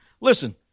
Listen